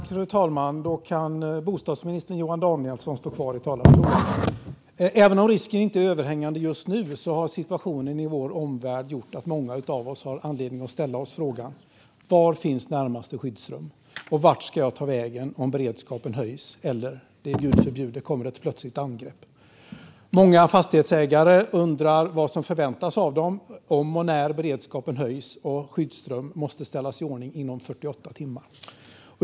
Fru talman! Bostadsminister Johan Danielsson kan stå kvar i talarstolen. Även om risken inte är överhängande just nu har situationen i vår omvärld gjort att många av oss har anledning att ställa oss frågan: Var finns närmaste skyddsrum, och vart ska jag ta vägen om beredskapen höjs eller om det, gud förbjude, blir ett plötsligt angrepp? Många fastighetsägare undrar vad som förväntas av dem om och när beredskapen höjs och skyddsrum måste ställas i ordning inom 48 timmar.